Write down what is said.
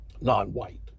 non-white